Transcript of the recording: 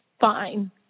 fine